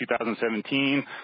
2017